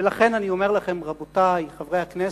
ולכן אני אומר לכם, רבותי חברי הכנסת,